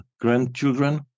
grandchildren